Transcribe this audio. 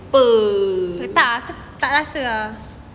[pe]